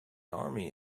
army